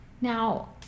now